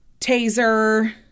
taser